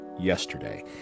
yesterday